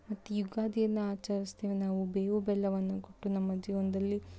ಮತ್ತು ಯುಗಾದಿಯನ್ನು ಆಚರಿಸ್ತೇವೆ ನಾವು ಬೇವು ಬೆಲ್ಲವನ್ನು ಕೊಟ್ಟು ನಮ್ಮ ಜೀವನದಲ್ಲಿ